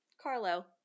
Carlo